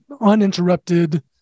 uninterrupted